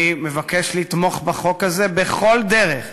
אני מבקש לתמוך בחוק הזה בכל דרך,